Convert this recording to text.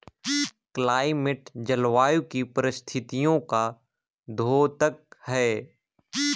climate जलवायु की परिस्थितियों का द्योतक है